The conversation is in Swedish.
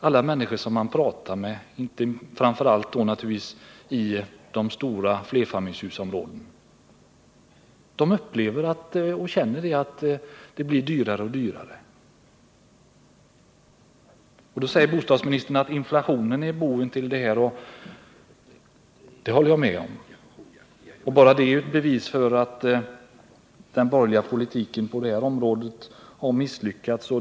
Alla människor man pratar med, framför allt naturligtvis i de stora flerfamiljshusområdena, känner att det blir dyrare och dyrare. Bostadsministern säger då att inflationen är boven, och det håller jag med om. Och bara det är ett bevis för att den borgerliga politiken på detta område har misslyckats.